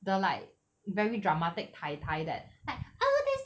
the like very dramatic 太太 that like oh look there's